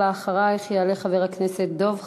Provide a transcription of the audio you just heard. אחרייך יעלה חבר הכנסת דב חנין.